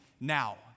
now